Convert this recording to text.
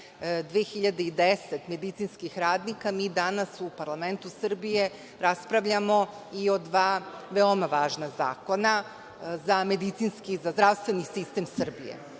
2.010 medicinskih radnika, mi danas u parlamentu Srbije raspravljamo i o dva veoma važna zakona za medicinski, za zdravstveni sistem